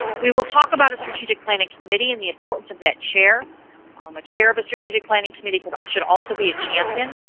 we will talk about a strategic planning committee and the importance of that chair. um a chair of a strategic planning committee should also be a champion.